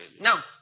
Now